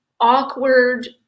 awkward